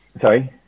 Sorry